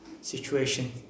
situation